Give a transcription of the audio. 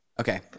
Okay